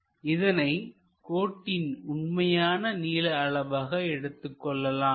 இதனை கோட்டின் உண்மையான நீள அளவாக எடுத்துக் கொள்ளலாம்